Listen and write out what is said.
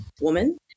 woman